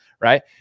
right